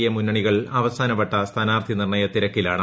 A മുന്നണികൾ അവസാന വട്ട സ്ഥാനാർത്ഥി നിർണയ തിരക്കിലാണ്